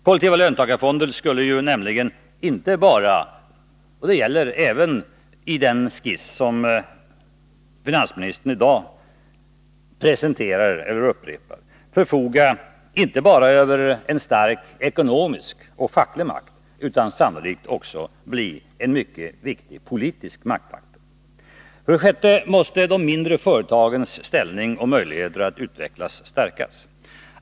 Kollektiva löntagarfonder skulle nämligen inte bara — och det gäller även i den skiss som finansministern i dag presenterar eller upprepar — förfoga över en stark ekonomisk och facklig makt, utan sannolikt också bli en mycket viktig politisk maktfaktor. För det sjätte måste de mindre företagens ställning och möjligheter att utvecklas stärkas.